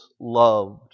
loved